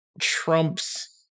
Trump's